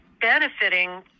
benefiting